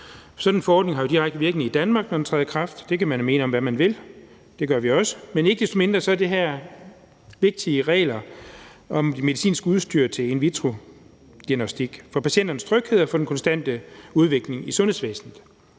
Sådan en forordning har jo direkte virkning i Danmark, når den træder i kraft. Det kan man jo mene om, hvad man vil – det gør vi også. Men ikke desto mindre er det her vigtige regler om medicinsk udstyr til in vitro-diagnostik for patienternes tryghed og den konstante udvikling i sundhedsvæsenet.